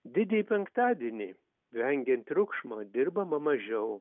didįjį penktadienį vengiant triukšmo dirbama mažiau